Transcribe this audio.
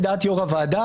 לדעת יושב-ראש הוועדה,